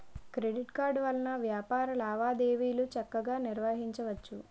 credit card వలన వ్యాపార లావాదేవీలు చక్కగా నిర్వహించవచ్చు